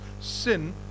sin